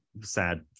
sad